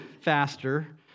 faster